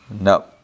no